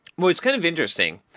so it's kind of interesting,